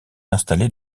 installée